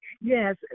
Yes